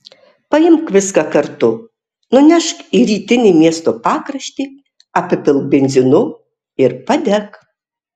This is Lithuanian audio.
paimk viską kartu nunešk į rytinį miesto pakraštį apipilk benzinu ir padek